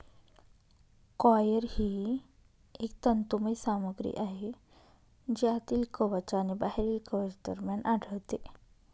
coir ही एक तंतुमय सामग्री आहे जी आतील कवच आणि बाहेरील कवच दरम्यान आढळते